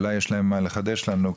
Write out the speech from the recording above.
אולי יש להם מה לחדש לנו.